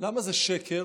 למה זה שקר?